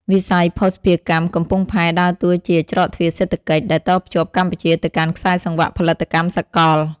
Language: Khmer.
វិស័យភស្តុភារកម្មកំពង់ផែដើរតួជា "ច្រកទ្វារសេដ្ឋកិច្ច" ដែលតភ្ជាប់កម្ពុជាទៅកាន់ខ្សែសង្វាក់ផលិតកម្មសកល។